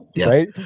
Right